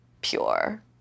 pure